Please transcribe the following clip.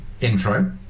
intro